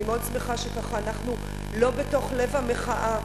אני מאוד שמחה שאנחנו לא בתוך לב המחאה,